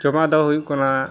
ᱡᱚᱢᱟᱜᱫᱚ ᱦᱩᱭᱩᱜ ᱠᱟᱱᱟ